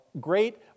great